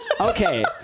okay